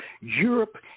Europe